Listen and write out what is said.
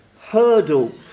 hurdle